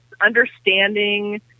understanding